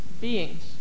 beings